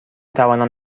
توانم